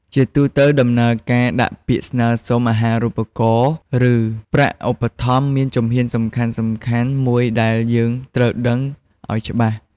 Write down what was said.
ជាទូទៅ ដំណើរការដាក់ពាក្យស្នើសុំអាហារូបករណ៍ ឬប្រាក់ឧបត្ថម្ភមានជំហានសំខាន់ៗមួយដែលយើងត្រូវដឹងអោយច្បាស់។